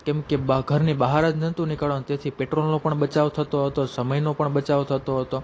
કેમ કે ઘરની બહારજ નહોતું નીકળવાનું તેથી પેટ્રોલનો પણ બચાવ થતો હતો સમયનો પણ બચાવ થતો હતો